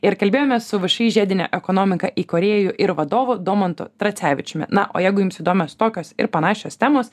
ir kalbėjomės su všį žiedinė ekonomika įkūrėju ir vadovu domantu tracevičiumi na o jeigu jums įdomios tokios ir panašios temos